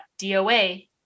DOA